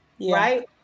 right